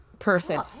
person